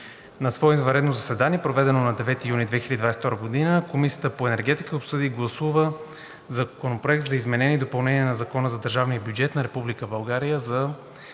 На свое извънредно заседание, проведено на 9 юни 2022 г., Комисията по енергетика обсъди и гласува Законопроект за изменение и допълнение на Закона за държавния бюджет на Република